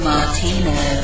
Martino